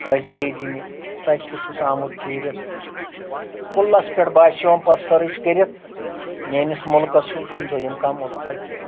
حٲضری دِنہِ تتہِ تہِ چھُس آمُت پھیٖرِتھ کُلس پٮ۪ٹھ باسیوم پتہٕ سرٕچ کٔرِتھ میٲنس مُلکس ہیوٗ چھُنہٕ دوٚیِم کانٛہہ مُلکہ کینٛہہ